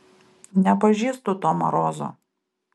nepažįstu to marozo